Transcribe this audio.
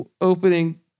opening